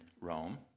Rome